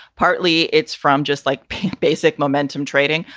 partly it's from just like basic momentum trading.